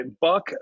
Buck